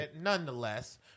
nonetheless